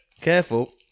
Careful